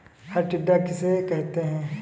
हरा टिड्डा किसे कहते हैं?